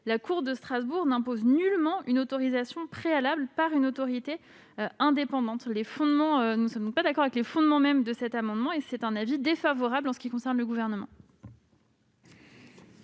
la Cour de Strasbourg n'impose nullement une autorisation préalable par une autorité indépendante. Nous ne sommes donc pas d'accord avec les fondements mêmes de cet amendement. Par conséquent, l'avis du Gouvernement